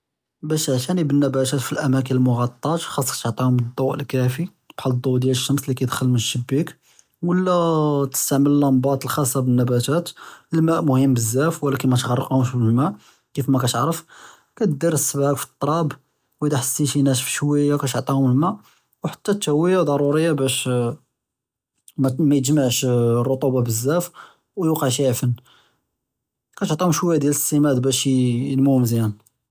באש תעטאני בּנבּתאת פי אלאמאכן אלמכּעּטאה חאצכ תעטיהום אלדו אלכּאפי בחאל אלדו דיאל אשמש לי כיכּדכל מאלשבּיכּ ולא תסתעמל אללאמבּאת אלחאצ'ה בּנבּתאת, אלמא אמוּם בזאף ולכּן מתעְרפהומש בּאלמא, כּיף מתערף כּדיר צבּעכ פִתראבּ ואדא חסיתי נאשף שויה כּתעטיהום אלמא, וּחתא אלתהוִיה דרוּרִיה באש מִיג'מָעש רטוּבה בזאף ויוקע שי עפֶן, כּתעטיהום שויה ד אלסימאד באש יִנְמוּ מזיאן.